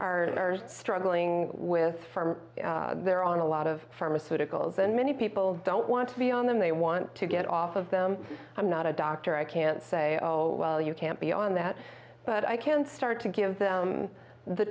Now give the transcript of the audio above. me are struggling with their on a lot of pharmaceuticals and many people don't want to be on them they want to get off of them i'm not a doctor i can't say oh well you can't be on that but i can start to give them the